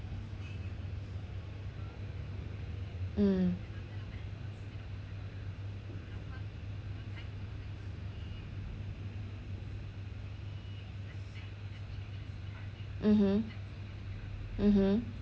mm mmhmm mmhmm